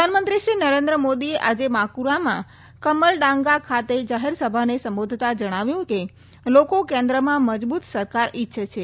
પ્રધાનમંત્રી શ્રી નરેન્દ્ર મોદીએ આજે બાંકુરામાં કમલડાંગા ખાતે જાહેરસભાને સંબોધતાં જણાવ્યું કે લોકો કેન્દ્રમાં મજબૂત સરકાર ઈચ્છે છે